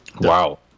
Wow